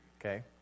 Okay